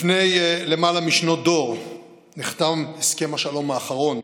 לפני למעלה משנות דור נחתם הסכם השלום האחרון,